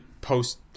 post